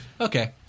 Okay